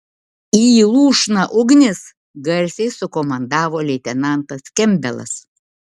į lūšną ugnis garsiai sukomandavo leitenantas kempbelas